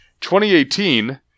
2018